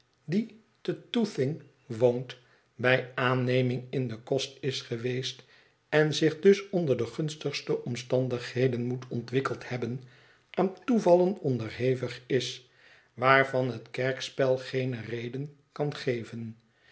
g woont bij aanneming in den kost is geweest én zich dus onder de gunstigste omstandigheden moet ontwikkeld hebben aan toevallen onderhevig is waarvan het kerspel geene reden kan geven